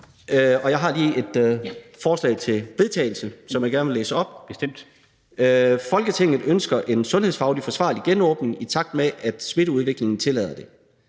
læse et forslag til vedtagelse op. Forslag til vedtagelse »Folketinget ønsker en sundhedsfaglig forsvarlig genåbning, i takt med at smitteudviklingen tillader det.